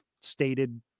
stated